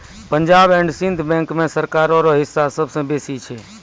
Punjab and Sind Bank मे सरकारो रो हिस्सा सबसे बेसी छै